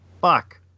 fuck